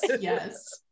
yes